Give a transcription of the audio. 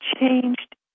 changed